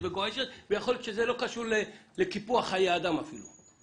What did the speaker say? וגועשת ויכול להיות שזה לא קשור לקיפוח חיי אדם אפילו.